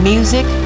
Music